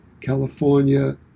California